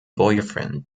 boyfriend